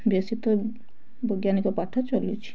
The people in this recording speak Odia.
ବେଶି ତ ବୈଜ୍ଞାନିକ ପାଠ ଚାଲୁଛି